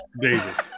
Davis